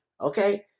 okay